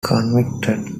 convicted